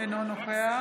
אינו נוכח